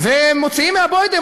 ומוציאים מהבוידם,